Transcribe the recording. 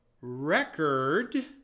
record